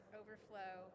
overflow